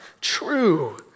true